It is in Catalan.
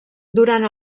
durant